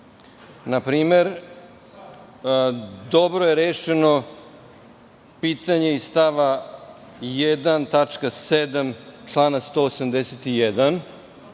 Na primer, dobro i rešeno pitanje iz stava 1.